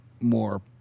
more